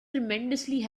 tremendously